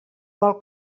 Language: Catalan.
vol